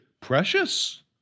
precious